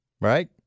right